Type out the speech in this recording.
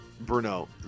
Bruno